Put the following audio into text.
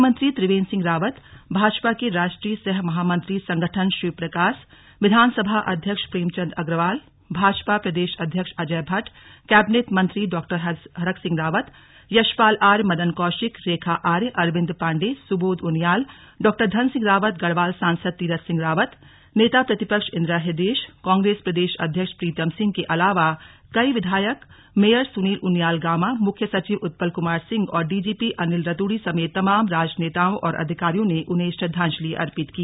मुख्यमंत्री त्रिवेंद्र सिंह रावत भाजपा के राष्ट्रीय सह महामंत्री संगठन शिवप्रकाश विधानसभा अध्यक्ष प्रेमचंद अग्रवाल भाजपा प्रदेश अध्यक्ष अजय भद्द कैबिनेट मंत्री डॉ हरक सिंह रावत यशपाल आर्य मदन कौशिक रेखा आर्य अरविन्द पांडेय सुबोध उनियाल डॉ धन सिंह रावत गढ़वाल सांसद तीरथ सिंह रावत नेता प्रतिपक्ष इन्दिरा हृदयेश कांग्रेस प्रदेश अध्यक्ष प्रीतम सिंह के अलावा कई विधायक मेयर सुनील उनियाल गामा मुख्य सचिव उत्पल कुमार सिंह और डीजीपी अनिल रतूड़ी समेत तमाम राजनेताओं और अधिकारियों ने उन्हें श्रद्वांजलि अर्पित की